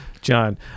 John